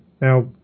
now